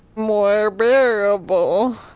more bearable.